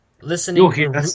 listening